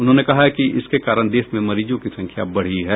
उन्होंने कहा कि इसके कारण देश में मरीजों की संख्या बढ़ी है